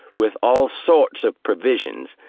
with all sorts of provisions,